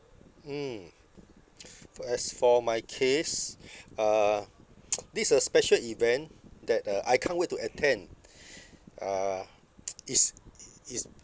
mm for as for my case uh this uh special event that uh I can't wait to attend uh is i~ is